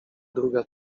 druga